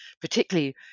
particularly